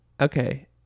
okay